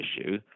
issue